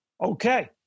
okay